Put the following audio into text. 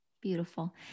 beautiful